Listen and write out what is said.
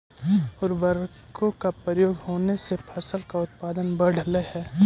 उर्वरकों का प्रयोग होने से फसल का उत्पादन बढ़लई हे